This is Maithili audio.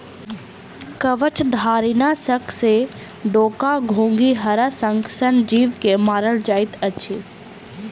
कवचधारीनाशक सॅ डोका, घोंघी, हराशंख सन जीव के मारल जाइत अछि